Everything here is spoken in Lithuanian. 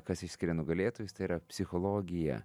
kas išskiria nugalėtojus tai yra psichologija